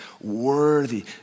worthy